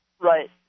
Right